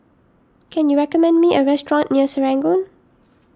can you recommend me a restaurant near Serangoon